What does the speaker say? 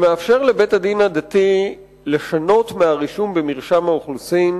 שמאפשר לבית-הדין הדתי לשנות מהרישום במרשם האוכלוסין,